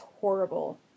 horrible